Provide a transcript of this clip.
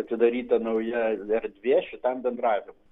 atidaryta nauja erdvė šitam bendravimui